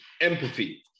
empathy